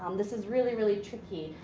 um this is really, really tricky.